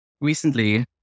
recently